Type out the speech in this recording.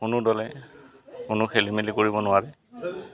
কোনো দলে কোনো খেলিমেলি কৰিব নোৱাৰে